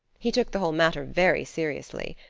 he took the whole matter very seriously.